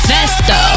Festo